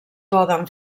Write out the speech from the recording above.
poden